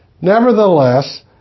Nevertheless